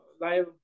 live